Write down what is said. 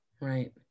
Right